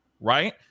Right